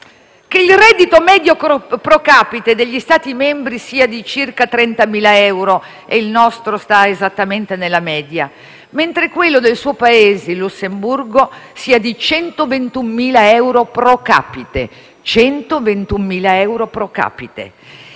che il reddito medio *pro capite* degli Stati membri sia di circa 30.000 euro (e il nostro sta esattamente nella media) mentre quello del suo Paese, il Lussemburgo, sia di 121.000 euro *pro capite*